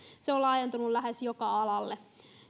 se on laajentunut lähes joka alalle